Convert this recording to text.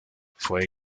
fue